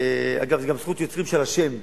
אגב, יש לי גם זכות יוצרים על השם,